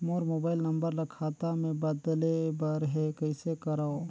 मोर mobile number ल खाता मे बदले बर हे कइसे करव?